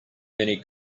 many